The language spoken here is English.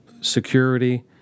security